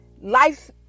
life